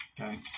Okay